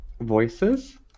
voices